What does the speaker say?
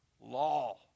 law